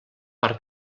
per